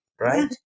Right